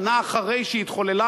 שנה אחרי שהיא התחוללה,